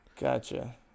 Gotcha